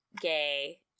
gay